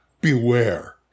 beware